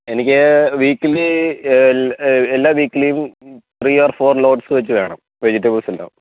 എനിക്ക് വീക്കിലി എല്ലാ വീക്കിലിയും ത്രീ ഓർ ഫോർ ലോഡ്സ് വെച്ച് വേണം വെജിറ്റബിൾസെല്ലാം